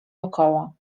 wokoło